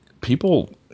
people